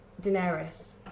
Daenerys